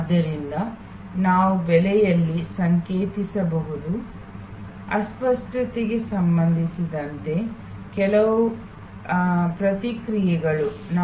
ಆದ್ದರಿಂದ ಅಸ್ಪಷ್ಟತೆಗೆ ಸಂಬಂಧಿಸಿದಂತೆ ಕೆಲವು ಪ್ರತಿಕ್ರಿಯೆಗಳು ನಾವು ಬೆಲೆಯಲ್ಲಿ ಸಂಕೇತಿಸಬಹುದು